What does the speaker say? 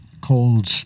called